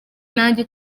nanjye